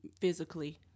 physically